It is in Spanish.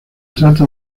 trata